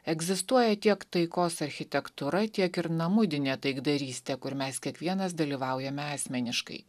egzistuoja tiek taikos architektūra tiek ir namudinė taikdarystė kur mes kiekvienas dalyvaujame asmeniškai